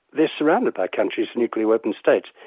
they're surrounded by countries, nuclear weapon states,